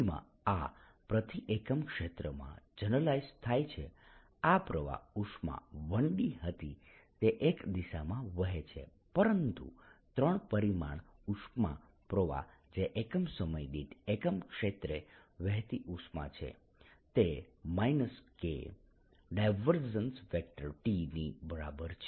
3D માં આ પ્રતિ એકમ ક્ષેત્રમાં જનરલાઈઝ થાય છે આ પ્રવાહ ઉષ્મા 1D હતી તે એક દિશામાં વહે છે પરંતુ ત્રણ પરિમાણમાં ઉષ્મા પ્રવાહ જે એકમ સમય દીઠ એકમ ક્ષેત્રે વહેતી ઉષ્મા છે તે K T ની બરાબર છે